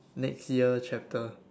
next year chapter